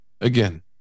again